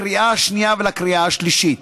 לקריאה השנייה ולקריאה השלישית.